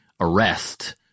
arrest